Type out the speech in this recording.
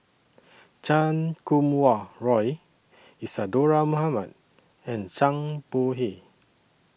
Chan Kum Wah Roy Isadhora Mohamed and Zhang Bohe